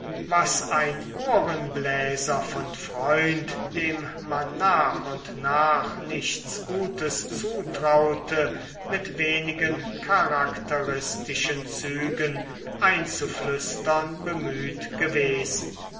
was ein ohrenbläser von freund dem man nach und nach nichts gutes zutraute mit wenigen charakteristischen zügen einzuflüstern bemüht gewesen